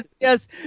Yes